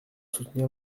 soutenir